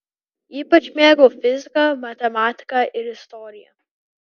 ypač mėgau fiziką matematiką ir istoriją